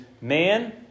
man